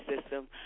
system